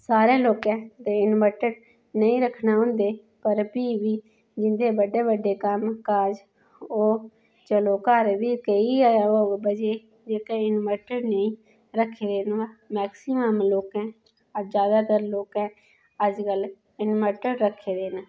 सारें लोकें ते इनवर्टर नेईं रक्खने होंदे पर फ्ही बी जिंदे बड्डे बड्डे कम्मकाज ओह् चलो घर बी केही गै होग बची दी जेह्के इनवर्टर नेईं रक्खे दे न मैक्सीमम लोकें ज्यादातर लोकें अज्जकल इनवर्टर रक्खे दे न